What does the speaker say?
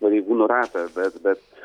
pareigūnų ratą bet bet